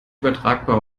übertragbar